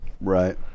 Right